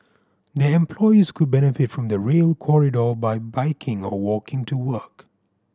their employees could benefit from the Rail Corridor by biking or walking to work